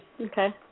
Okay